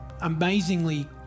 amazingly